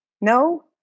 no